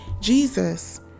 Jesus